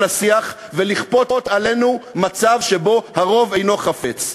השיח ולכפות עלינו מצב שהרוב אינו חפץ בו.